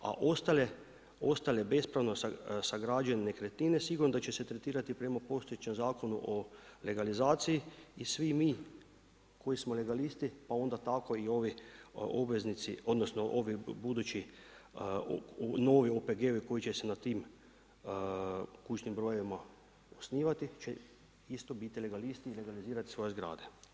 A ostale bespravno sagrađene nekretnine, sigurno da će se tretirati prema postojećem Zakonu o legalizaciji i svi mi koji smo legalisti, pa onda tako i ovi obveznici, odnosno, ovi budući novi OPG-ovi koji će se nad tim kućnim brojevima osnivati, će isto biti legalisti i legalizirati svoje zgrade.